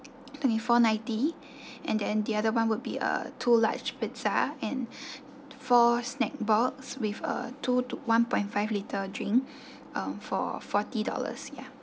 twenty four ninety and then the other one would be a two large pizza and four snack box with a two to one point five litre drink uh for forty dollars ya